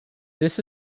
this